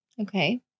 Okay